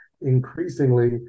increasingly